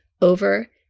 over